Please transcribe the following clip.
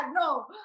no